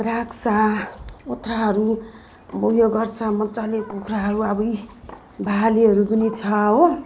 राख्छ ओथराहरू अब यो गर्छ मजाले कुखुराहरू अब यी भालेहरू पनि छ हो